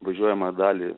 važiuojamąją dalį